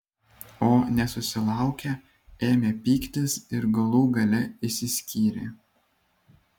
o nesusilaukę ėmė pyktis ir galų gale išsiskyrė